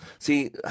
See